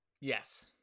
yes